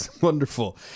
wonderful